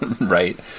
right